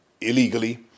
illegally